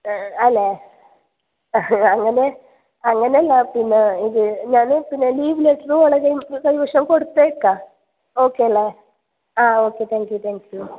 അല്ലേ അങ്ങനെ അങ്ങനെയല്ല പിന്നെ ഇത് ഞാന് പിന്നെ ഇത് ലീവ് ലെറ്റർ ഓൾടെ കൈ കൈവശം കൊടുത്തയയ്ക്കാം ഓക്കെ അല്ലേ ആ okay thank you thank you